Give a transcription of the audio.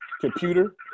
computer